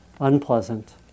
unpleasant